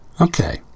Okay